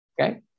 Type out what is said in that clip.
Okay